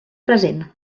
present